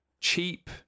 cheap